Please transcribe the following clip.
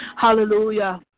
Hallelujah